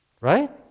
right